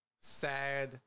sad